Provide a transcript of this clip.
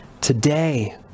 today